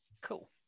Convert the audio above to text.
Cool